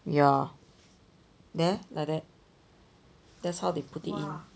ya there like that that's how they put it in